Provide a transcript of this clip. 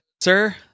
sir